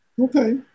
Okay